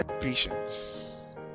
patience